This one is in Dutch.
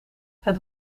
het